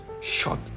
shot